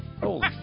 Holy